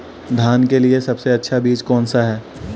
धान के लिए सबसे अच्छा बीज कौन सा है?